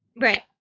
Right